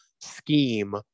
scheme